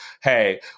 hey